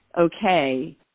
okay